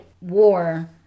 war